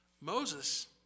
Moses